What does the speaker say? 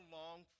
long